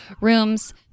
rooms